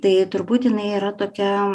tai turbūt jinai yra tokia